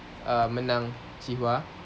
uh menang qihua